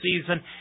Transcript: season